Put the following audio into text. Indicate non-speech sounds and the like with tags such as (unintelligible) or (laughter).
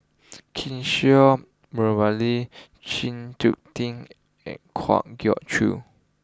Kishore Mahbubani Chng (unintelligible) Tin and Kwa Geok Choo